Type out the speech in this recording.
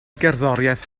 gerddoriaeth